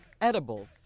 edibles